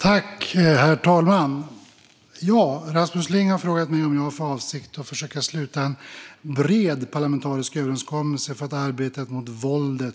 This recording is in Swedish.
Herr talman! Rasmus Ling har frågat mig om jag har för avsikt att försöka sluta en bred parlamentarisk överenskommelse för att arbetet mot våldet